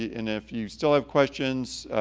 and if you still have questions,